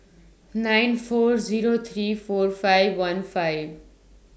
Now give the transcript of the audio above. nine four Zero three four five one five